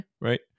right